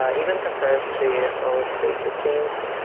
ah even compared to most facebook teams,